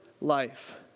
life